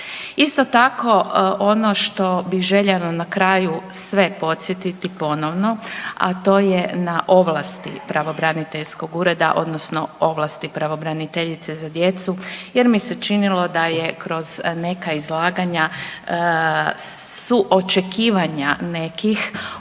Isto tako ono što bi željela na kraju sve podsjetiti ponovno, a to je na ovlasti pravobraniteljskog ureda odnosno ovlasti pravobraniteljice za djecu jer mi se činilo da je kroz neka izlaganja su očekivanja nekih